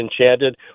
enchanted